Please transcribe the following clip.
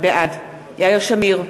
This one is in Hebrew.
בעד יאיר שמיר,